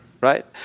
Right